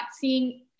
seeing